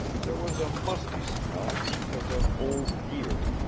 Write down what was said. there was a musty smell, as of old gear,